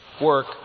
work